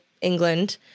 England